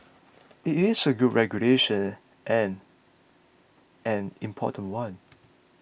it is a good regulation and an important one